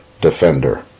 defender